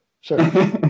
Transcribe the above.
sure